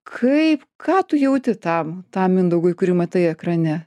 kaip ką tu jauti tam tam mindaugui kurį matai ekrane